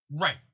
Right